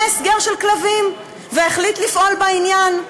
ההסגר של כלבים והחליט לפעול בעניין.